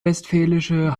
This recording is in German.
westfälische